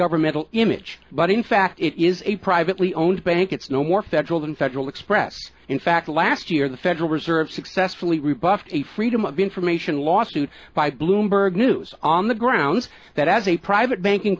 governmental image but in fact it is a privately owned bank it's no more federal than federal express in fact last year the federal reserve successfully rebuffed a freedom of information lawsuit by bloomberg news on the grounds that as a private banking